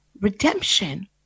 Redemption